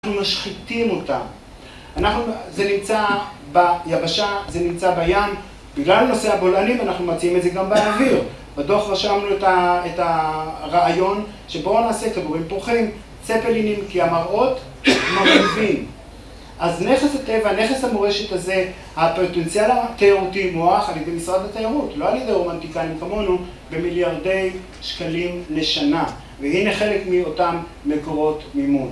אנחנו משחיתים אותם, זה נמצא ביבשה, זה נמצא בים, בגלל הנושא הבולענים ואנחנו מציעים את זה גם באוויר. בדוח רשמנו את הרעיון שבואו נעשה קבועים פורחיים, צפל עינים, כי המראות נורבים. אז נכס הטבע, הנכס המורשת הזה, הפוטנציאל התיירותי מוגדר על ידי משרד התיירות, לא על ידי רומנטיקנים כמונו, במיליארדי שקלים לשנה. והנה חלק מאותם מקורות מימון.